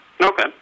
Okay